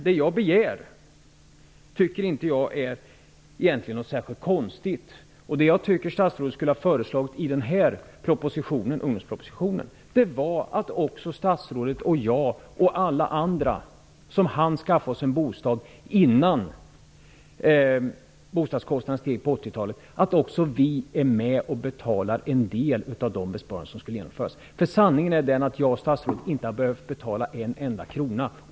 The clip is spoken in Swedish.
Det jag begär är egentligen inte särskilt konstigt. Det jag tycker att statsrådet skulle ha föreslagit i Ungdomspropositionen är att även statsrådet, jag och alla andra som hann skaffa oss en bostad innan bostadskostnaderna steg på 80-talet också är med och betalar en del av de besparingar som skall genomföras. Sanningen är den att jag och statsrådet inte har behövt betala en enda krona.